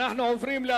נסיים ב-02:00.